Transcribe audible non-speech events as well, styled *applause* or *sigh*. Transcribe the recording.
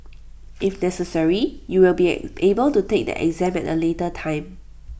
if necessary you will be *hesitation* able to take the exam at A later time